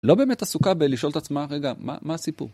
לא באמת עסוקה בלשאול את עצמה, רגע, מה הסיפור?